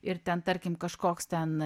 ir ten tarkim kažkoks ten